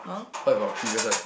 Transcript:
what about previous one